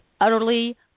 utterly